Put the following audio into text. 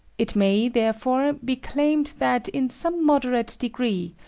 it may, therefore, be claimed that, in some moderate degree,